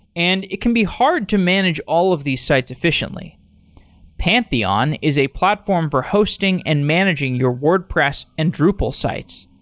and it can be hard to manage all of these sites efficiently pantheon is a platform for hosting and managing your wordpress and drupal sites.